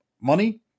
money